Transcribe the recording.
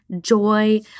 joy